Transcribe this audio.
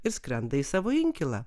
ir skrenda į savo inkilą